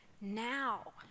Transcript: now